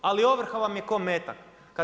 Ali ovrha vam je ko metak.